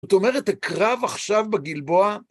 זאת אומרת, הקרב עכשיו בגלבוע...